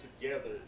together